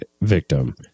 victim